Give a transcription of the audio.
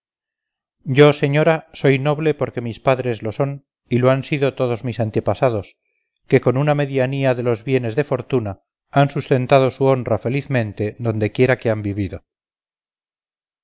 yo señora soy noble porque mis padres lo son y lo han sido todos mis antepasados que con una medianía de los bienes de fortuna han sustentado su honra felizmente dondequiera que han vivido